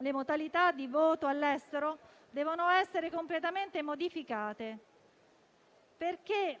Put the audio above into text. le modalità di voto all'estero devono essere completamente modificate. C'è infatti